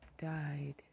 died